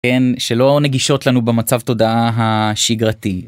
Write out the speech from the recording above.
שלא נגישות לנו במצב תודעה השגרתי.